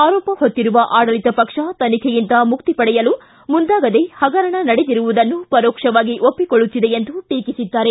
ಆರೋಪ ಹೊತ್ತಿರುವ ಆಡಳಿತ ಪಕ್ಷ ತನಿಖೆಯಿಂದ ಮುಕ್ತಿ ಪಡೆಯಲು ಮುಂದಾಗದೇ ಹಗರಣ ನಡೆದಿರುವುದನ್ನು ಪರೋಕ್ಷವಾಗಿ ಒಪ್ಪಿಕೊಳ್ಳುತ್ತಿದೆ ಎಂದು ಟೀಕಿಸಿದ್ದಾರೆ